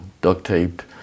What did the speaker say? duct-taped